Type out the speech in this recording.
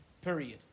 Period